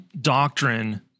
doctrine